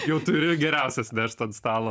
jau turi geriausias verst ant stalo